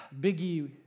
Biggie